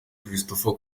christopher